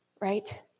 Right